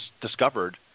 discovered